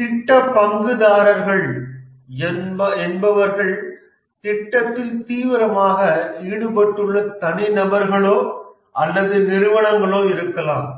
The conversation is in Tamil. திட்ட பங்குதாரர்கள் என்பவர்கள் திட்டத்தில் தீவிரமாக ஈடுபட்டுள்ள தனிநபர்களோ அல்லது நிறுவனங்களாகவோ இருக்கலாம்